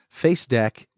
FaceDeck